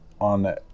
on